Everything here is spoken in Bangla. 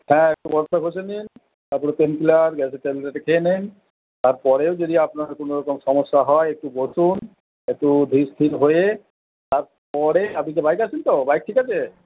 হ্যাঁ একটু বরফটা ঘসে নিন তারপরে পেইনকিলার গ্যাসের ট্যাবলেটটা খেয়ে নেন তারপরেও যদি আপনার কোনও রকম সমস্যা হয় একটু বসুন একটু ধীর স্থীর হয়ে তারপরে আপনি কি বাইকে আসবেন তো বাইক ঠিক আছে